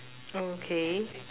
okay